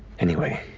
anyway.